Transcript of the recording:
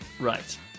Right